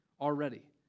already